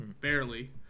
barely –